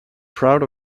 proud